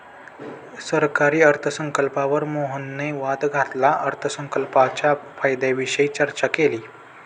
सरकारी अर्थसंकल्पावर मोहनने वाद घालत अर्थसंकल्पाच्या फायद्यांविषयी चर्चा केली